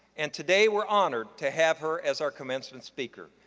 and today we're honored to have her as our commencement speaker.